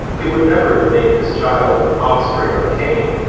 he would never have named his child offspring of cain.